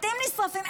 בתים נשרפים,